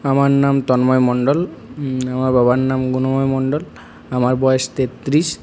আমার নাম তন্ময় মন্ডল আমার বাবার নাম গুনোময় মন্ডল আমার বয়স তেত্রিশ